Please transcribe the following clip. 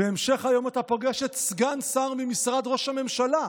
"בהמשך היום אתה פוגש את סגן שר במשרד ראש הממשלה".